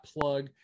plug